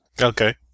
Okay